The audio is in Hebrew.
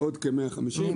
עוד כ-150.